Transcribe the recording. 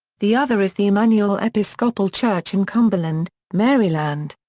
the other is the emmanuel episcopal church in cumberland, maryland.